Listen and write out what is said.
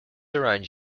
around